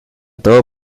todo